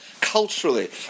culturally